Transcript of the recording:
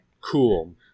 cool